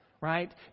right